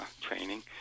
training